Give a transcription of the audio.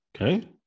Okay